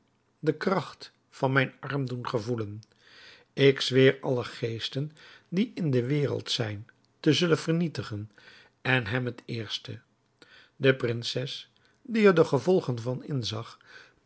de kracht van mijn arm doen gevoelen ik zweer alle geesten die in de wereld zijn te zullen vernietigen en hem het eerste de prinses die er de gevolgen van inzag